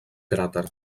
cràter